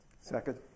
Second